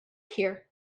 here